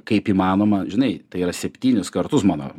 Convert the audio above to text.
kaip įmanoma žinai tai yra septynis kartus mano